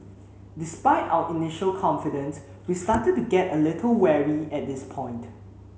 despite our initial confidence we started to get a little wary at this point